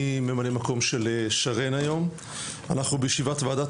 אני ממלא מקום של שרן היום כיו"ר ישיבת ועדת